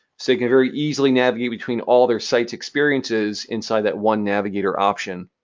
so they can very easily navigate between all their sites experiences inside that one navigator option.